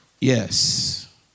Yes